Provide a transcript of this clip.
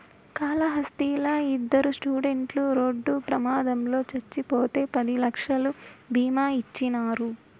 కాళహస్తిలా ఇద్దరు స్టూడెంట్లు రోడ్డు ప్రమాదంలో చచ్చిపోతే పది లక్షలు బీమా ఇచ్చినారు